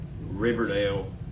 Riverdale